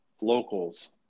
locals